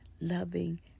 loving